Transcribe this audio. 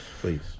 please